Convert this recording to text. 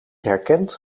herkent